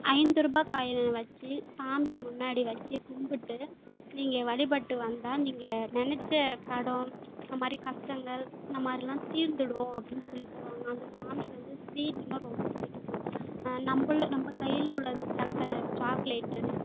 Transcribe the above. ஐந்து ரூபா காயினை வச்சு சாமி முன்னாடி வச்சு கும்பிட்டு நீங்கள் வழிபட்டு வந்தால் நீங்கள் நினைச்ச கடோன் அது மாதிரி கஷ்டங்கள் இந்த மாதிரிலா தீர்ந்திடும் அப்படின்னு சொல்லி சொல்வாங்க அந்த சாமிக்கு வந்து ஸ்வீட்டுன்னா ரொம்ப பிடிக்குமா நம்மள நம்ம கையில் உள்ளது சக்கர சாக்லேட்டு